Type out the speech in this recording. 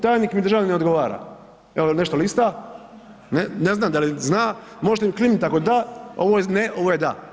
Tajnik mi državni ne odgovara, evo nešto lista, ne znam da li zna, možete mi klimnit ako da, ovo je ne, ovo je da.